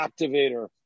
activator